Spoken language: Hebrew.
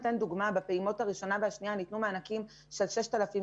בפעימות הראשונה והשנייה ניתנו מענקים על סך 6,000 שקלים,